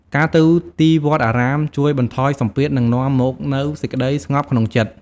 ការទៅទីវត្តអារាមជួយបន្ថយសម្ពាធ និងនាំមកនូវសេចក្ដីស្ងប់ក្នុងចិត្ត។